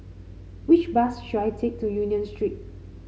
which bus should I take to Union Street